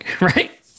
right